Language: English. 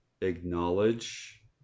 acknowledge